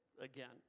again